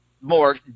more